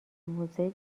موزه